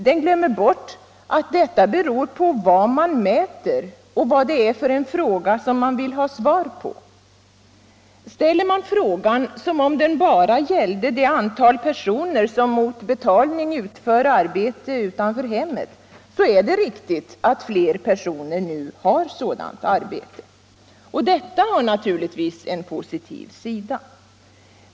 Den glömmer bort att detta beror på vad man mäter och vad det är för en fråga man vill ha svar på. Ställer man frågan som om den bara gällde det antal personer som mot betalning utför arbete utanför hemmet, så är det riktigt att fler personer nu har sådant arbete. Detta har naturligtvis en positiv sida.